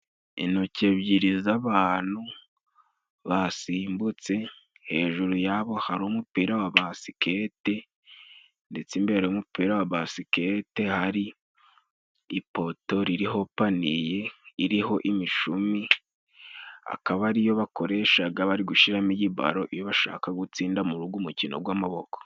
Intoki ebyiri z'abantu basimbutse hejuru yabo hari umupira wa basikete, ndetse imbere y'umumupira wa basikete hari ipoto ririho paniye iriho imishumi, akaba ariyo bakoreshaga bari gushiramo iyi baro, iyo bashaka gutsinda muri ugo mukino gw'amaboko.